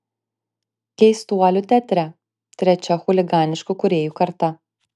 keistuolių teatre trečia chuliganiškų kūrėjų karta